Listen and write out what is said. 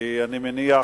כי אני מניח,